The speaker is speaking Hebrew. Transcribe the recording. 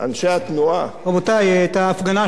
רבותי, את ההפגנה שם, אם אפשר לפזר.